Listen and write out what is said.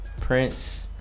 Prince